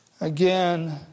Again